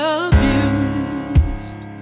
abused